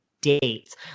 dates